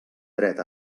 dret